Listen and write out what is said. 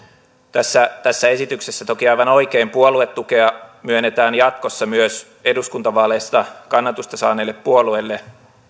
tässä tässä esityksessä toki aivan oikein puoluetukea myönnetään jatkossa myös eduskuntavaaleissa kannatusta saaneille puolueille